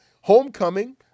Homecoming